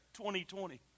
2020